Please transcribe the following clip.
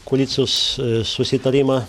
koalicijos susitarimą